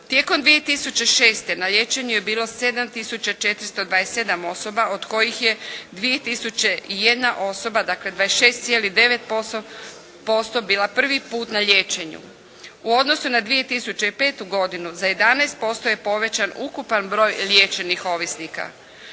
Tijekom 2006. na liječenju je bilo 7 tisuća 427 osoba od kojih je 2 tisuće i jedna osoba dakle 26,9% bila prvi put na liječenju. U odnosu na 2005. godinu za 11% je povećan ukupan broj liječenih ovisnika.